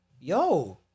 yo